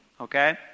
Okay